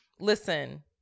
listen